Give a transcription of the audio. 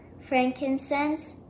frankincense